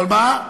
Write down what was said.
אבל מה?